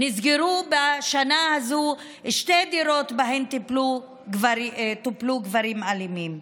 נסגרו בשנה הזאת שתי דירות שבהן טופלו גברים אלימים.